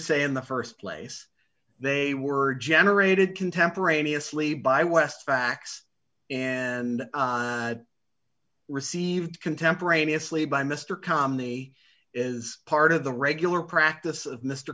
hearsay in the st place they were generated contemporaneously by west facts and received contemporaneously by mr comey is part of the regular practice of mr